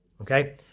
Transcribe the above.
Okay